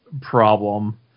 problem